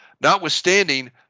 Notwithstanding